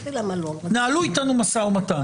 תנהלו איתנו משא ומתן.